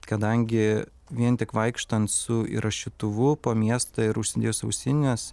kadangi vien tik vaikštant su įrašytuvu po miestą ir užsidėjus ausines